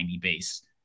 base